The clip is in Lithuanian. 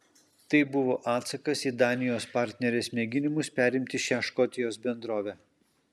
tai buvo atsakas į danijos partnerės mėginimus perimti šią škotijos bendrovę